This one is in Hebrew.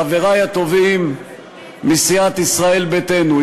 חברי הטובים מסיעת ישראל ביתנו,